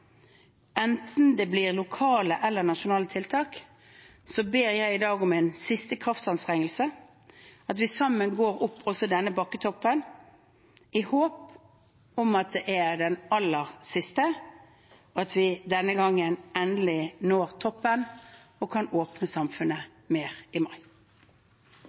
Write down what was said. Enten det blir lokale eller nasjonale tiltak, ber jeg i dag om en siste kraftanstrengelse – at vi sammen går opp også denne bakketoppen, i håp om at det er den aller siste, og at vi denne gangen endelig når toppen og kan åpne samfunnet mer i mai.